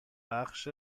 بخش